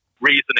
reasoning